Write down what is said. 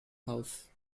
house